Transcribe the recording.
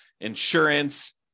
insurance